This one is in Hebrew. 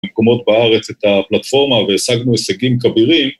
במקומות בארץ את הפלטפורמה והשגנו הישגים כבירים.